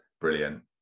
brilliant